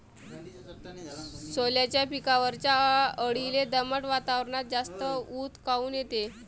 सोल्याच्या पिकावरच्या अळीले दमट वातावरनात जास्त ऊत काऊन येते?